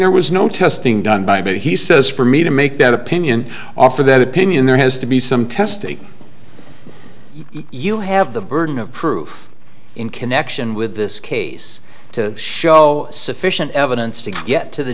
there was no testing done by but he says for me to make that opinion offer that opinion there has to be some test you have the burden of proof in connection with this case to show sufficient evidence to get to the